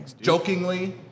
jokingly